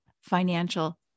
financial